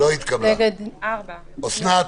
הצבעה הרוויזיה לא אושרה.